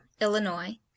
Illinois